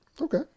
Okay